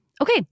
Okay